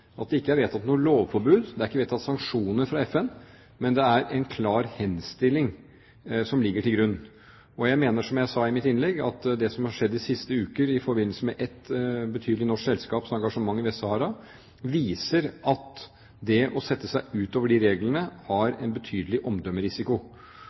at det ikke er vedtatt noe lovforbud, det er ikke vedtatt sanksjoner fra FN, men det er en klar henstilling som ligger til grunn. Jeg mener, som jeg sa i mitt innlegg, at det som har skjedd de siste uker i forbindelse med ett betydelig norsk selskaps engasjement i Vest-Sahara, viser at det å sette seg utover de reglene